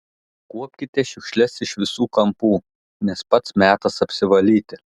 kuopkite šiukšles iš visų kampų nes pats metas apsivalyti